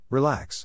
Relax